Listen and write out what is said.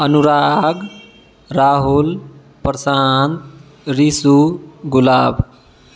अनुराग राहुल प्रशान्त रीशू गुलाब